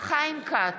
חיים כץ,